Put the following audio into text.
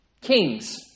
kings